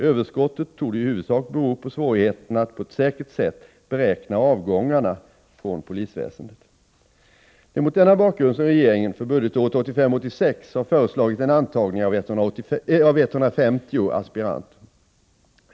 Överskottet torde i huvudsak bero på svårigheten att på ett säkert sätt beräkna avgångarna från polisväsendet. Det är mot denna bakgrund som regeringen för budgetåret 1985/86 har föreslagit en antagning av 150 aspiranter.